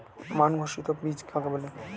মান ঘোষিত বীজ কাকে বলে?